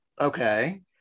okay